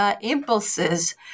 impulses